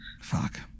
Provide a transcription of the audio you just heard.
Fuck